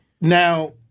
Now